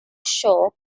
show